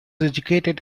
educated